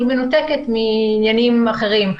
מנותקת מעניינים אחרים.